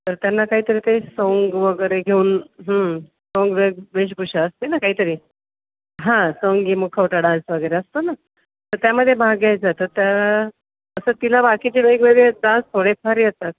तर त्यांना काहीतरी ते सोंग वगैरे घेऊन सोंग वगे वेशभूषा असते ना काहीतरी हां सोंगी मुखवटा डान्स वगैरे असतो ना तर त्यामध्ये भाग घ्यायचा आहे तर आता असं तिला बाकीचे वेगवेगळे डान्स थोडेफार येतात